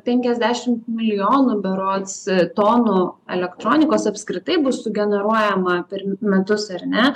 penkiasdešimt milijonų berods tonų elektronikos apskritai bus sugeneruojama per metus ar ne